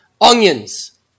Onions